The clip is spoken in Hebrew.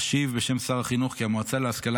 אשיב בשם שר החינוך כי המועצה להשכלה